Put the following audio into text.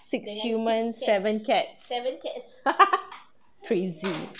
six human seven cats crazy